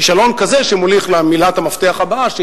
כישלון שמוליך למלת המפתח הבאה,